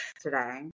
today